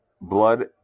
blood